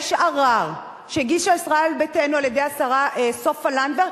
יש ערר שהגישה ישראל ביתנו על-ידי השרה סופה לנדבר,